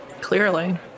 Clearly